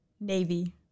Navy